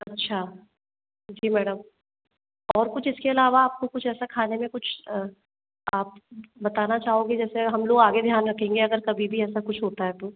अच्छा जी मैडम और कुछ इसके इलावा आपको कुछ ऐसा खाने में कुछ आप बताना चाहोगे जैसे हम लोग आगे ध्यान रखेंगे अगर कभी भी ऐसा कुछ होता है तो